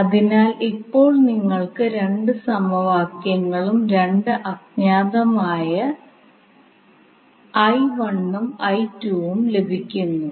അതിനാൽ ഇപ്പോൾ നിങ്ങൾക്ക് രണ്ട് സമവാക്യങ്ങളും രണ്ട് അജ്ഞാതമായ I1ഉം I2 ഉം ലഭിക്കുന്നു